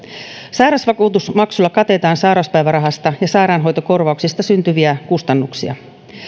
sairausvakuutusmaksulla katetaan sairauspäivärahasta ja sairaanhoitokorvauksista syntyviä kustannuksia